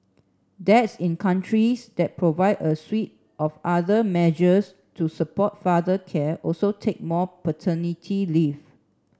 dads in countries that provide a suite of other measures to support father care also take more paternity leave